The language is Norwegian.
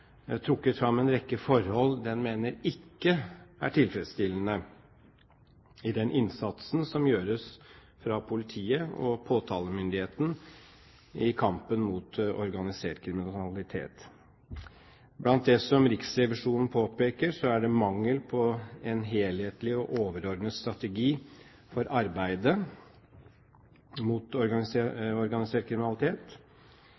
sine konklusjoner trukket fram en rekke forhold den mener ikke er tilfredsstillende i den innsatsen som gjøres fra politiet og påtalemyndigheten i kampen mot organisert kriminalitet. Blant det som Riksrevisjonen påpeker, er det mangel på en helhetlig og overordnet strategi for arbeidet mot